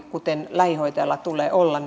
kuten lähihoitajalla tulee olla